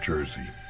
Jersey